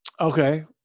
Okay